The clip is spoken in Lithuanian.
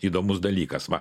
įdomus dalykas va